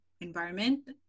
environment